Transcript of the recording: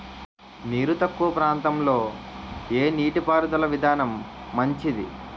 నీరు తక్కువ ప్రాంతంలో ఏ నీటిపారుదల విధానం మంచిది?